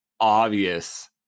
obvious